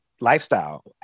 lifestyle